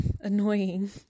annoying